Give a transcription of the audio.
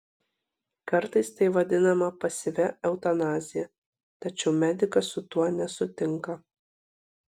kartais tai vadinama pasyvia eutanazija tačiau medikas su tuo nesutinka